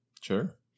Sure